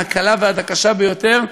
מהקלה ועד הקשה ביותר,